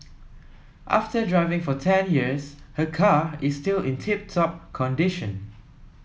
after driving for ten years her car is still in tip top condition